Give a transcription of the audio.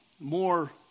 More